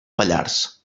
pallars